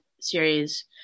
series